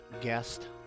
guest